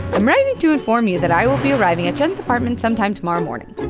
i'm writing to inform you that i will be arriving at jen's apartment some time tomorrow morning.